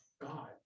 God